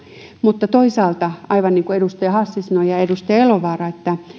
mutta toisaalta aivan niin kuin edustaja hassi sanoi ja edustaja elovaara